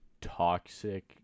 toxic